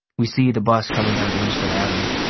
we see the bus coming down amesfort avenue.